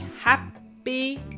happy